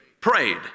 Prayed